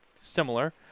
similar